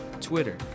Twitter